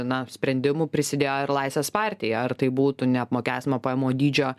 na sprendimų prisidėjo ir laisvės partija ar tai būtų neapmokestinamo pajamų dydžio